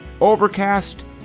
Overcast